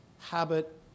habit